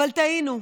אבל טעינו.